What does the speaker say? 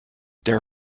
their